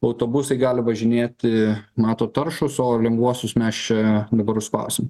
autobusai gali važinėti mato taršūs o lengvuosius mes čia dabar užspausim